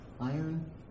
iron